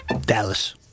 Dallas